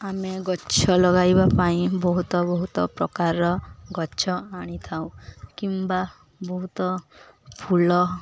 ଆମେ ଗଛ ଲଗାଇବା ପାଇଁ ବହୁତ ବହୁତ ପ୍ରକାରର ଗଛ ଆଣିଥାଉ କିମ୍ବା ବହୁତ ଫୁଲ